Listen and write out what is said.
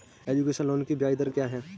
Education loan की ब्याज दर क्या है?